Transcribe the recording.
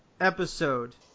episode